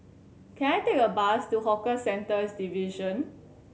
can I take a bus to Hawker Centres Division